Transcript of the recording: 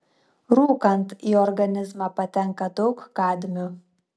rūkant į organizmą patenka daug kadmio